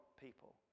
people